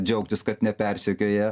džiaugtis kad nepersekioja